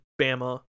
Bama